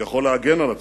יכול להגן על עצמו,